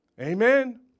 Amen